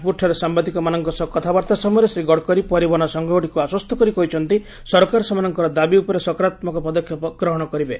ନାଗପୁରଠାରେ ସାମ୍ବାଦିକମାନଙ୍କ ସହ କଥାବାର୍ତ୍ତା ସମୟରେ ଶ୍ରୀ ଗଡ଼କରୀ ପରିବହନ ସଂଘଗୁଡ଼ିକୁ ଆଶ୍ୱସ୍ତ କରି କହିଛନ୍ତି ସରକାର ସେମାନଙ୍କର ଦାବି ଉପରେ ସକାରାତ୍ମକ ପଦକ୍ଷେପ ଗ୍ରହଣ କରିବେ